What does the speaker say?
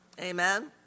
Amen